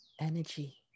energy